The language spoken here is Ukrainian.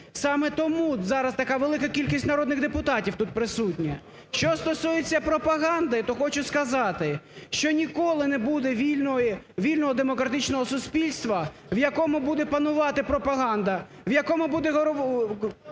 Саме тому зараз така велика кількість народних депутатів тут присутня. Що стосується пропаганди, то хочу сказати, що ніколи не буде вільного демократичного суспільства, в якому буде панувати пропаганда, в якому буде керувати